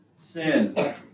Sin